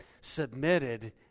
submitted